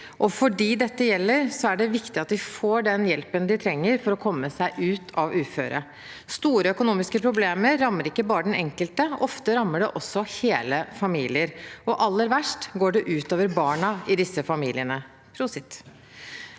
For dem dette gjelder, er det viktig at de får den hjelpen de trenger for å komme seg ut av uføret. Store økonomiske problemer rammer ikke bare den enkelte. Ofte rammer det hele familier, og aller verst går det ut over barna i disse familiene. (Noen